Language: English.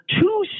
two